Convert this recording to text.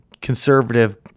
conservative